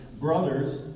Brothers